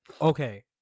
Okay